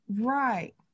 Right